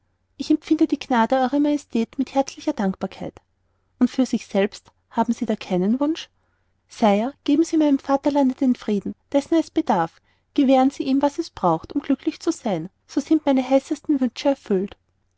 ich empfinde die gnade ew majestät mit herzlicher dankbarkeit und für sich selbst haben sie da keinen wunsch sire geben sie meinem vaterlande den frieden dessen es bedarf gewähren sie ihm was es braucht um glücklich zu sein so sind meine heißesten wünsche erfüllt